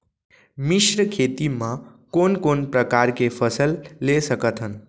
मिश्र खेती मा कोन कोन प्रकार के फसल ले सकत हन?